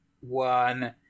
one